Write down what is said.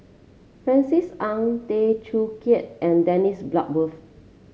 Francis Ng Tay Teow Kiat and Dennis Bloodworth